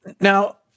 Now